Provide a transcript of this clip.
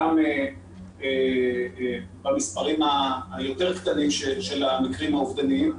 גם במספרים היותר קטנים של המקרים האובדניים,